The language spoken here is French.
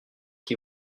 qui